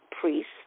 priests